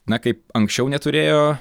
na kaip anksčiau neturėjo